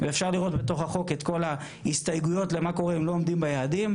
ואפשר לראות בחוק את כל ההסתייגויות למה קורה אם לא עומדים ביעדים,